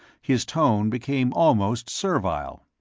his tone became almost servile.